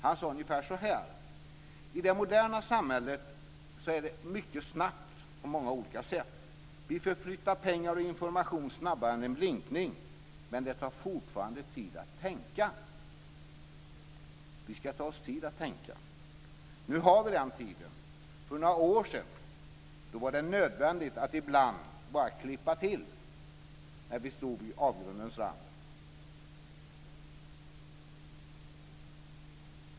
Han sade ungefär så här: Det moderna samhället är mycket snabbt på många olika sätt. Vi förflyttar pengar och information snabbare än en blinkning, men det tar fortfarande tid att tänka. Vi ska ta oss tid att tänka. Nu har vi den tiden. För några år sedan var det nödvändigt att ibland bara klippa till, när vi stod vid avgrundens rand.